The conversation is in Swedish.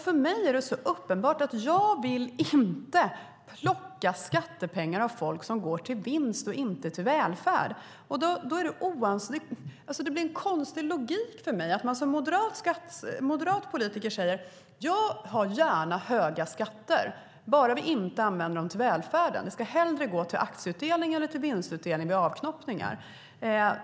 För mig är det uppenbart att jag inte vill plocka skattepengar av folk som sedan går till vinst i stället för till välfärd. Logiken här är konstig. Som moderat politiker säger man: Ja, vi har gärna höga skatter bara vi inte använder dem till välfärden, utan pengarna ska hellre gå till aktieutdelning eller vinstutdelning vid avknoppningar.